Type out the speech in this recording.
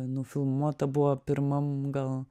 nufilmuota buvo pirmam gal